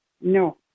No